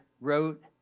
wrote